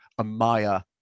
Amaya